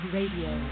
Radio